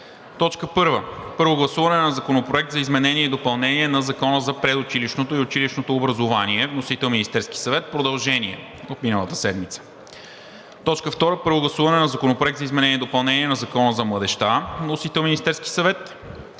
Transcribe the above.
„1. Първо гласуване на Законопроекта за изменение и допълнение на Закона за предучилищното и училищното образование. Вносител – Министерският съвет, продължение от миналата седмица. 2. Първо гласуване на Законопроекта за изменение и допълнение на Закона за младежта. Вносител – Министерският съвет.